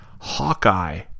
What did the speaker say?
Hawkeye